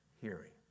hearing